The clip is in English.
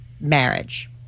marriage